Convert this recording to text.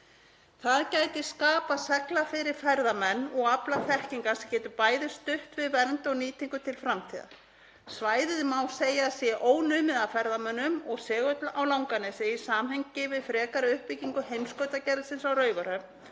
Það gæti skapað segla fyrir ferðamenn og aflað þekkingar sem getur bæði stutt við vernd og nýtingu til framtíðar. Svæðið má segja að sé ónumið af ferðamönnum og segull á Langanesi í samhengi við frekari uppbyggingu Heimskautsgerðisins á Raufarhöfn